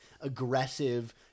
aggressive